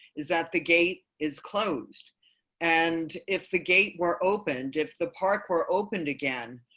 is that the gate is closed and if the gate were opened. if the park were opened again,